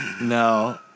no